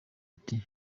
ati